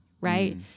right